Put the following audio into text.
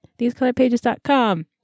thesecolorpages.com